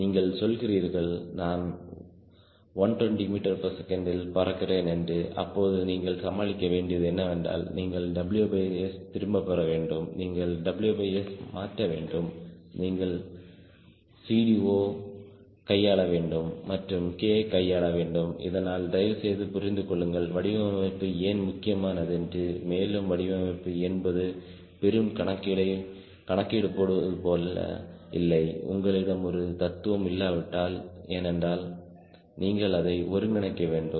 நீங்கள் சொல்கிறீர்கள் நான் 120 ms இல் பறக்கிறேன் என்று அப்பொழுது நீங்கள் சமாளிக்க வேண்டியது என்னவென்றால் நீங்கள் WS திரும்பப்பெற வேண்டும் நீங்கள் WS மாற்ற வேண்டும் நீங்கள் CD0 கையாள வேண்டும் மற்றும் K கையாள வேண்டும் இதனால் தயவு செய்து புரிந்து கொள்ளுங்கள் வடிவமைப்பு ஏன் முக்கியமானது என்று மேலும் வடிவமைப்பு என்பது பெரும் கணக்கீடு போடுவது போல் இல்லை உங்களிடம் ஒரு தத்துவம் இல்லாவிடில் ஏனென்றால் நீங்கள் அதை ஒருங்கிணைக்க வேண்டும்